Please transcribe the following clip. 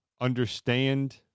understand